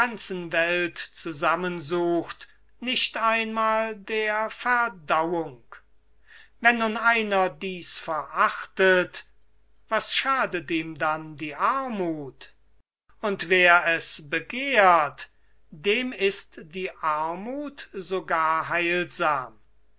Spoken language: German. welt zusammensucht nicht einmal der verdauung wenn nun einer dies verachtet was schadet ihm dann die armuth und wer es begehrt dem ist die armuth sogar heilsam